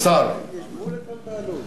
יש גבול לכל תעלול.